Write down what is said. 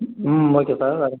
ம் okay sir அது